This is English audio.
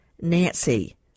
Nancy